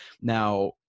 Now